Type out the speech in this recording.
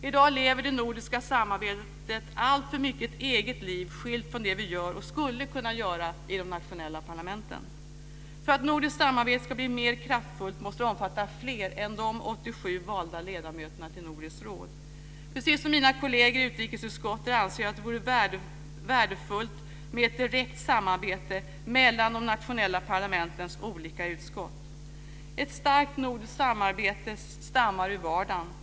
I dag lever det nordiska samarbetet alltför mycket ett eget liv skilt från det vi gör och skulle kunna göra i de nationella parlamenten. För att nordiskt samarbete ska bli mer kraftfullt måste det omfatta fler än de 87 valda ledamöterna till Nordiska rådet. Precis som mina kolleger i utrikesutskottet anser jag att det vore värdefullt med ett brett samarbete mellan de nationella parlamentens olika utskott. Ett starkt nordiskt samarbete stammar ur vardagen.